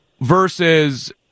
versus